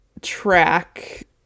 track